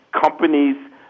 companies